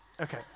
okay